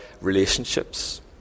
relationships